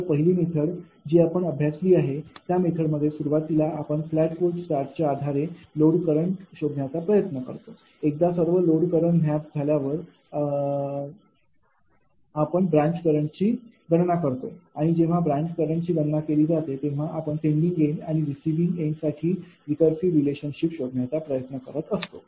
तर पहिली मेथड जी आपण अभ्यासली आहे त्या मेथडमध्ये सुरुवातीला आपण फ्लॅट व्होल्टेज स्टार्टच्या आधारे लोड करंट शोधण्याचा प्रयत्न करतो एकदा सर्व लोड करंट ज्ञात झाल्यावर आम्ही ब्रँच करंटची गणना करतो आणि जेव्हा ब्रँच करंटची गणना केली जाते तेव्हा आपण सेंडिंग एन्ड आणि रिसिविंग एन्ड साठी रिकर्सिव्ह रिलेशनशिप शोधण्याचा प्रयत्न करत असतो